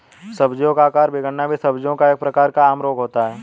सब्जियों का आकार बिगड़ना भी सब्जियों का एक प्रकार का आम रोग होता है